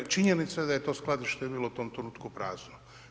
Činjenica je da je to skladište bilo u tom trenutku prazno.